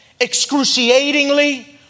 excruciatingly